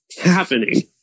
happening